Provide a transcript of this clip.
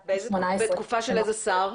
בתקופה של איזה שר?